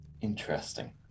Interesting